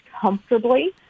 comfortably